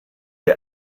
der